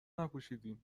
نپوشیدین